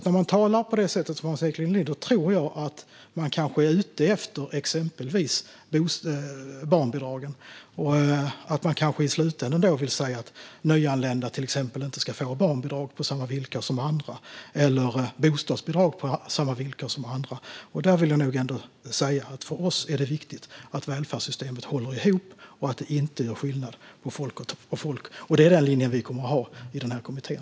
När man talar som Hans Eklind gör tror jag att man är ute efter exempelvis barnbidraget och att man kanske i slutänden vill säga att nyanlända till exempel inte ska få barnbidrag eller bostadsbidrag på samma villkor som andra. För oss är det viktigt att välfärdssystemet håller ihop och att det inte görs skillnad på folk och folk. Det är den linjen vi kommer att ha i kommittén.